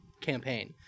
campaign